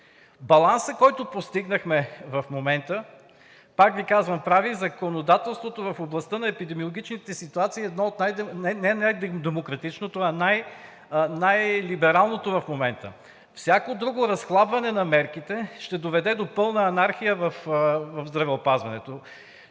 Балансът, който постигнахме в момента, пак Ви казвам, прави законодателството в областта на епидемиологичните ситуации не най-демократичното, а най-либералното в момента. Всяко друго разхлабване на мерките ще доведе до пълна анархия в здравеопазването.